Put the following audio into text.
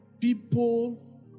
people